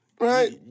Right